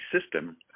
system